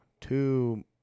Two